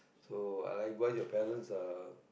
so I like what your parents are